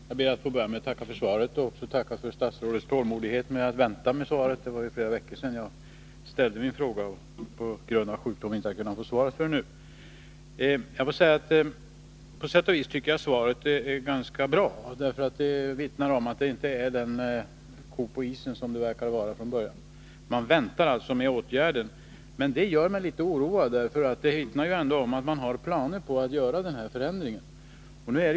Herr talman! Jag ber att få börja med att tacka för svaret. Jag vill också tacka för statsrådets tålmodighet med att vänta med svaret. Det var flera veckor sedan jag ställde min fråga, men jag har på grund av sjukdom inte kunnat ta emot svaret förrän nu. På sätt och vis är svaret ganska bra. Det vittnar om att det inte är någon ko på isen, vilket det verkade vara från början. Länsarbetsnämnden väntar alltså med åtgärder. Det gör mig dock litet oroad, då det tyder på att man ändå har planer på att göra denna förändring.